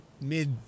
Mid